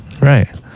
Right